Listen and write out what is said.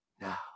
now